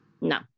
No